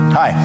hi